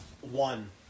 One